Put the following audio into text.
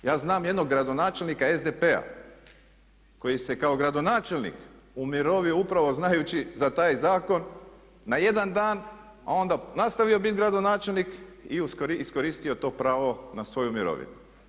Ja znam jednog gradonačelnika SDP-a koji se kao gradonačelnik umirovio upravo znajući za taj zakon na jedan dan, a onda nastavio biti gradonačelnik i iskoristio to pravo na svoju mirovinu.